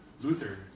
Luther